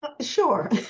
Sure